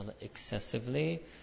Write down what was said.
excessively